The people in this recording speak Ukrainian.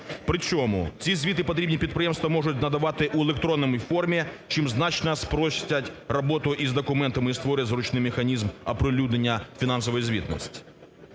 причому ці звіти потрібні підприємства можуть надавати в електронній формі, чим значно спростять роботу із документами і створює зручний механізм оприлюднення фінансової звітності.